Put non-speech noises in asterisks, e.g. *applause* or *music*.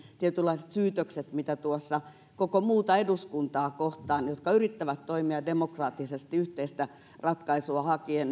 tietynlaiset syytökset koko muuta eduskuntaa kohtaan joka yrittää toimia demokraattisesti yhteistä ratkaisua hakien *unintelligible*